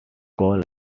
calls